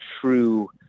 true